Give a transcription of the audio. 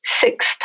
six